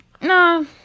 No